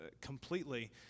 completely